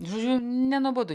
žodžiu nenuobodu